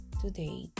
today